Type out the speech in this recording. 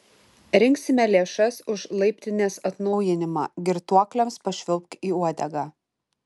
rinksime lėšas už laiptinės atnaujinimą girtuokliams pašvilpk į uodegą